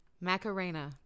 Macarena